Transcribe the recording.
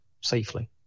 safely